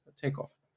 takeoff